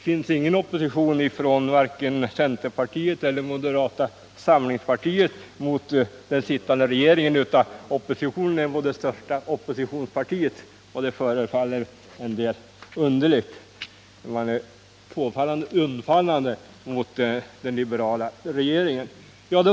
Varken från centerpartiet eller moderata samlingspartiet finns någon opposition mot den nu sittande regeringen, utan det är opposition mot det största oppositionspartiet, medan man är påfallande undfallande mot den liberala regeringen.